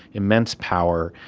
immense power.